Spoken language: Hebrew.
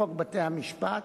לחוק בתי-המשפט,